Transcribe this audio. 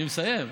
אני מסיים,